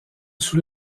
sous